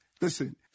Listen